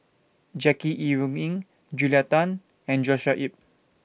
Jackie Yi Ru Ying Julia Tan and Joshua Ip